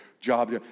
job